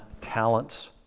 talents